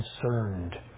concerned